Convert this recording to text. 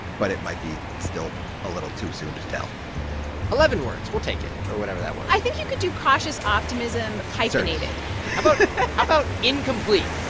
but it might be still a little too soon to tell eleven words we'll take it or whatever that was i think you could do cautious optimism hyphenated about incomplete?